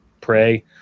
pray